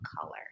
color